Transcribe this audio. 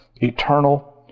eternal